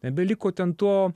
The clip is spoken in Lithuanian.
nebeliko ten to